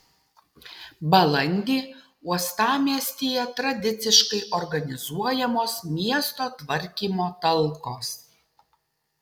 balandį uostamiestyje tradiciškai organizuojamos miesto tvarkymo talkos